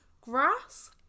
Grass